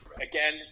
Again